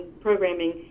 programming